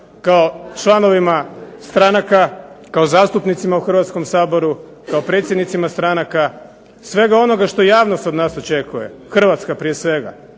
kao članovima stranaka, kao zastupnicima u Hrvatskom saboru, kao predsjednicima stranaka, svega onoga što javnost od nas očekuje, Hrvatska prije svega,